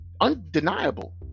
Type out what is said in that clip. undeniable